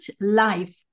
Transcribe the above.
life